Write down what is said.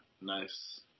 nice